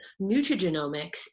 nutrigenomics